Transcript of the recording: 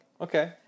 Okay